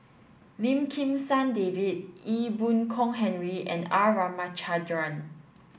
Lim Kim San David Ee Boon Kong Henry and R Ramachandran